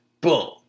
Boom